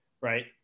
right